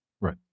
Right